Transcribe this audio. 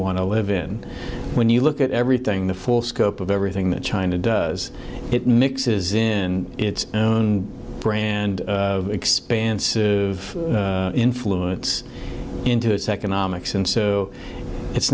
want to live in when you look at everything the full scope of everything that china does it mixes in its own brand and expanse of influence into its economic sense so it's